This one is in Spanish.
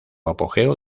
apogeo